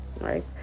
right